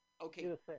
okay